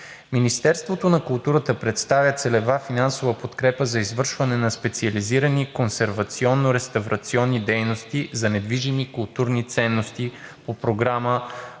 Министерството на културата представя целева финансова подкрепа за извършване на специализирани консервационно реставрационни дейности за недвижими културни ценности по Програма